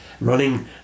running